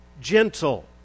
gentle